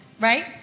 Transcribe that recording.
Right